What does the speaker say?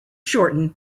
shortened